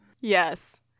Yes